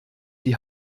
die